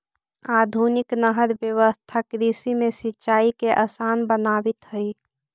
आधुनिक नहर व्यवस्था कृषि में सिंचाई के आसान बनावित हइ